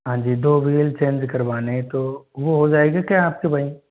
हाँ जी दो व्हील चेंज करवाने हैं तो वो हो जाएगा क्या आपके वहीं